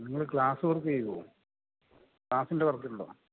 നിങ്ങള് glass work ചെയ്യുമോ ഗ്ലാസ്സിൻ്റെ വർക്കുണ്ടോ